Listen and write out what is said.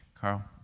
Carl